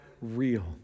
real